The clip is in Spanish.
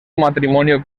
matrimonio